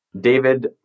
David